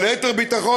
אבל ליתר ביטחון,